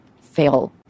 fail